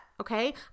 okay